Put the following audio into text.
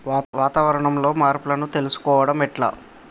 వాతావరణంలో మార్పులను తెలుసుకోవడం ఎట్ల?